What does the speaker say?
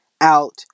out